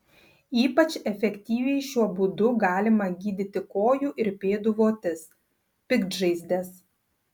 ypač efektyviai šiuo būdu galima gydyti kojų ir pėdų votis piktžaizdes